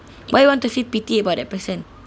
why you want to feel pity about that person